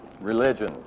Religion